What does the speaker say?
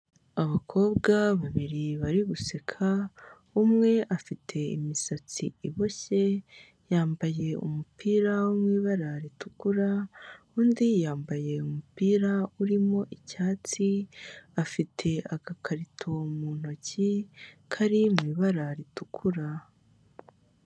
Abakobwa babiri bari guseka, umwe afite imisatsi iboshye, yambaye umupira wo mu ibara ritukura, undi yambaye umupira urimo icyatsi, afite agakarito mu ntoki kari mu ibara ritukura.